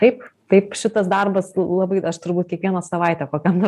taip taip šitas darbas labai aš turbūt kiekvieną savaitę kokiam nors